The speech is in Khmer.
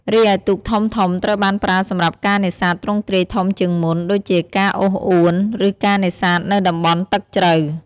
រីឯទូកធំៗ ត្រូវបានប្រើសម្រាប់ការនេសាទទ្រង់ទ្រាយធំជាងមុន ដូចជាការអូសអួន ឬការនេសាទនៅតំបន់ទឹកជ្រៅ។